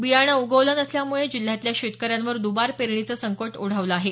बियाणं उगवलं नसल्यामुळे जिल्ह्यातल्या शेतकऱ्यांवर दबार पेरणीचं संकट ओढवलं आहे